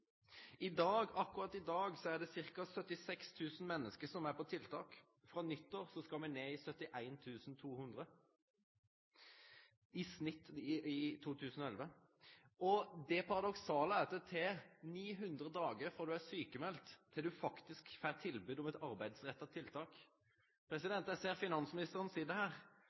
i dag er det ca. 76 000 menneske som er på tiltak. Frå nyttår skal me ned i 71 200 i snitt i 2011. Det paradoksale er at det tek 900 dagar frå du blir sjukmeld til du faktisk får tilbod om eit arbeidsretta tiltak. Eg ser finansministeren sit her.